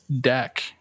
deck